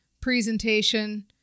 presentation